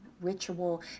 ritual